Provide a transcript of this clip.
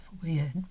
Weird